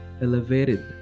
elevated